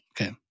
Okay